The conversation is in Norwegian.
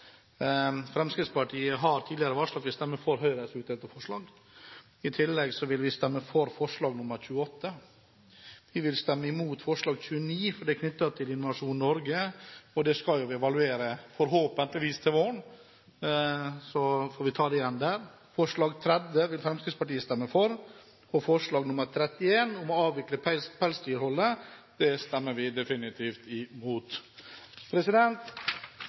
forslag nr. 28. Vi vil stemme mot forslag nr. 29, for det er knyttet til Innovasjon Norge. Det skal vi jo forhåpentligvis evaluere til våren, så vi får ta det igjen der. Forslag nr. 30 vil Fremskrittspartiet stemme for. Forslag nr. 31, om å avvikle pelsdyrholdet, stemmer vi definitivt imot.